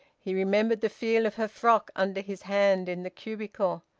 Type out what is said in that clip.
he remembered the feel of her frock under his hand in the cubicle,